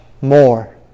more